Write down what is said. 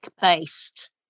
based